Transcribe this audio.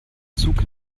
zug